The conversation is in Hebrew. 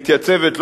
מתייצבת,